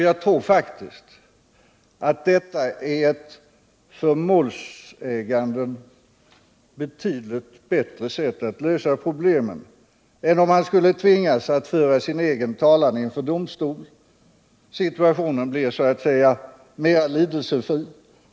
Jag tror faktiskt att detta är ett för målsäganden betydligt bättre sätt att lösa problemet än om han skulle tvingas föra sin egen talan inför domstol gentemot den direkt försumlige. Situationen blir så att säga mera lidelsefri.